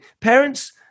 parents